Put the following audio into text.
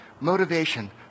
motivation